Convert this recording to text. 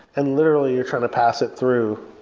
and literally, you're trying to pass it through.